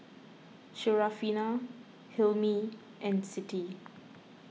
Syarafina Hilmi and Siti